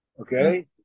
Okay